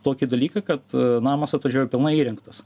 tokį dalyką kad namas atvažiuoja pilnai įrengtas